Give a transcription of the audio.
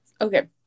Okay